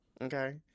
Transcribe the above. Okay